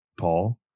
Paul